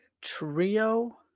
Trio